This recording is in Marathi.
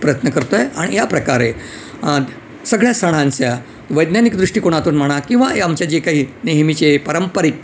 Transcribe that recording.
प्रयत्न करतो आहे आणि या प्रकारे सगळ्या सणांच्या वैज्ञानिक दृष्टिकोनातून म्हणा किंवा हे आमच्या जे काही नेहमीचे पारंपरिक